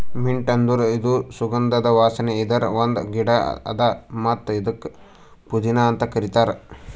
mint ಅಂದುರ್ ಇದು ಸುಗಂಧದ ವಾಸನೆ ಇರದ್ ಒಂದ್ ಗಿಡ ಅದಾ ಮತ್ತ ಇದುಕ್ ಪುದೀನಾ ಅಂತ್ ಕರಿತಾರ್